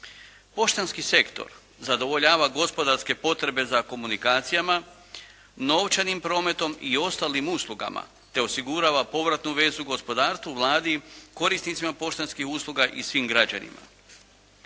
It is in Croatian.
Poštanski sektor zadovoljava gospodarske potrebe za komunikacijama, novčanim prometom i ostalim uslugama te osigurava povratnu vezu gospodarstvu, Vladi, korisnicima poštanskih usluga i svim građanima.